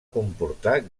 comportar